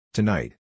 Tonight